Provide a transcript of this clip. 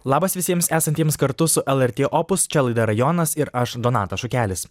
labas visiems esantiems kartu su lrt opus čia laida rajonas ir aš donatas šukelis